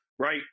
Right